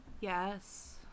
Yes